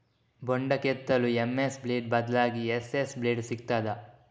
ಬೊಂಡ ಕೆತ್ತಲು MS blade ಬದ್ಲಾಗಿ ಎಸ್.ಎಸ್ ಬ್ಲೇಡ್ ಸಿಕ್ತಾದ?